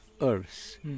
earth